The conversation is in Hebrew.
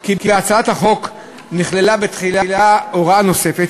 כי בהצעת החוק נכללה בתחילה הוראה נוספת,